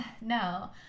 No